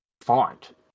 font